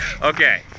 Okay